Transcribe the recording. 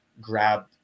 grab